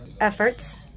efforts